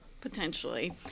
potentially